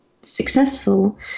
successful